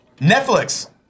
Netflix